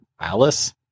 Alice